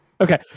Okay